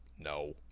no